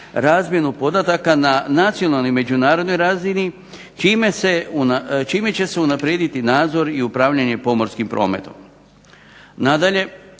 razmjenu podataka na nacionalnoj međunarodnoj razini čime će se unaprijediti nadzor i upravljanje pomorskim prometom. Nadalje